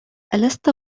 ألست